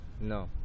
no